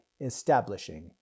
establishing